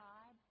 God